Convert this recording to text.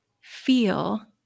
feel